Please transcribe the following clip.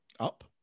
Up